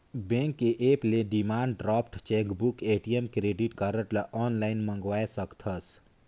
bank के app ले demand draft, chequebook, ATM, credit card ल आनलाइन मंगवाये सकथस